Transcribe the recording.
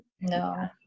no